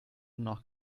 nach